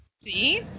See